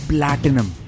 Platinum